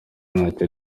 ntacyo